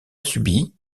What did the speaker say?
subi